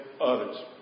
others